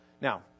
Now